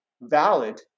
valid